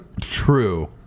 true